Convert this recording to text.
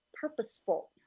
purposeful